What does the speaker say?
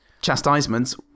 Chastisements